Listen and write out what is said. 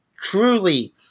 truly